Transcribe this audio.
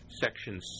section